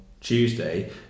Tuesday